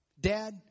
Dad